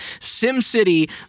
SimCity